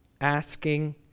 asking